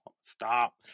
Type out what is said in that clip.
Stop